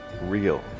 real